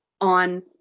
on